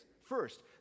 First